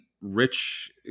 rich